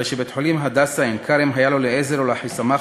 הרי שבית-חולים "הדסה עין-כרם" היה לו לעזר ולאחיסמך